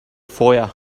foyer